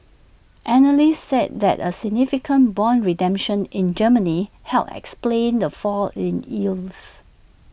analysts said that A significant Bond redemption in Germany helped explain the fall in yields